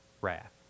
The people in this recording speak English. wrath